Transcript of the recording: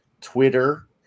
Twitter